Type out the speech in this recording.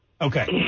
Okay